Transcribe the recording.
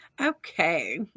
okay